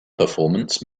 performance